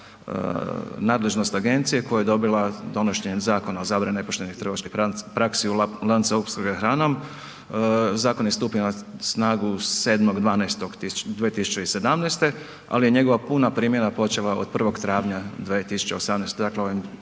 nadležnost agencije koju je dobila donošenjem Zakona o zabrani nepoštenih trgovačkih praksi u lancu opskrbe hranom. Zakon je stupio na snagu 7.12.2017., ali je njegova puna primjena počela od 1.